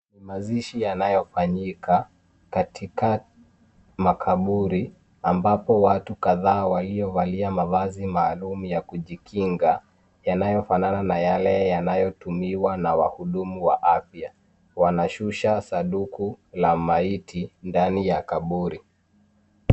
Mazishi yanayofanyika katika makaburi ambapo watu kadhaa waliovalia mavazi maalum ya kujikinga ,yanayo fanana na yale yanayotumiwa na wahudumu wa afya .Wanashusha sanduku la maiti ndani ya kaburi.